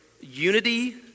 unity